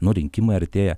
nu rinkimai artėja